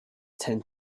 tend